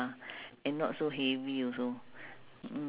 the rental is cheaper ya correct